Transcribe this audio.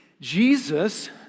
Jesus